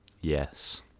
Yes